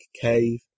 Cave